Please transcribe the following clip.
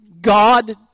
God